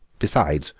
besides,